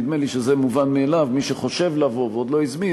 נדמה לי שזה מובן מאליו: מי שחושב לבוא ועוד לא הזמין,